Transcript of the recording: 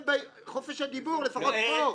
חופש הדיבור לפחות פה.